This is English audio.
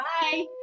Bye